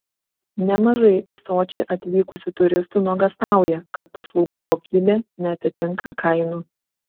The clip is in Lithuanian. nemažai į sočį atvykusių turistų nuogąstauja kad paslaugų kokybė neatitinka kainų